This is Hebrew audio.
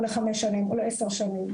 חמש שנים או עשר שנים,